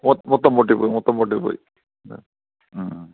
മൊത്തം പൊട്ടിപ്പോയി മൊത്തം പൊട്ടിപ്പോയി